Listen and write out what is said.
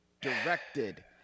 directed